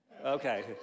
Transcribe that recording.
Okay